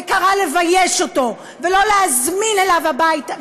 וקרא לבייש אותו ולא להזמין אותו הביתה,